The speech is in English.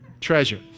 treasure